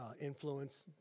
influence